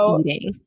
eating